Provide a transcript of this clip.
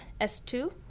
s2